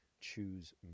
choose